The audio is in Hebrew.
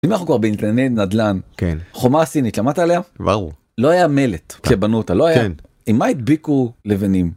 אם אנחנו כבר בענייני נדל"ן כן חומה סינית, שמעת עליה? ברור לא היה מלט כשבנו אותה, לא היה כן עם מה הדביקו לבנים?